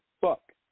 fuck